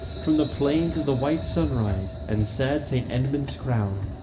from the plains of the white sunrise, and sad st. edmund's crown,